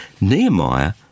Nehemiah